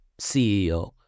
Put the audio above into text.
CEO